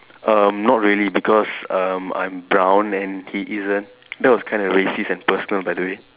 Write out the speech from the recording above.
err not really because um I'm brown and he isn't that was kind of racist and personal by the way